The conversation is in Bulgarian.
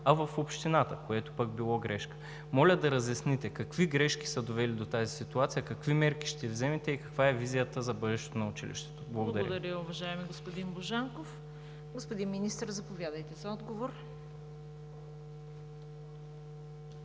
а в общината, което пък било грешка. Моля да разясните какви грешки са довели до тази ситуация, какви мерки ще вземете и каква е визията за бъдещето на училището? Благодаря. ПРЕДСЕДАТЕЛ ЦВЕТА КАРАЯНЧЕВА: Благодаря, уважаеми господин Божанков. Господин Министър, заповядайте за отговор.